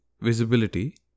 visibility